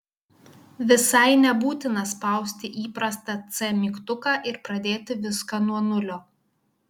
visai nebūtina spausti įprastą c mygtuką ir pradėti viską nuo nulio